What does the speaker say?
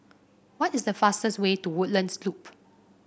what is the fastest way to Woodlands Loop